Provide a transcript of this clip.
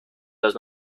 los